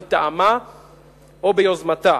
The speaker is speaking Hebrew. מטעמה או ביוזמתה.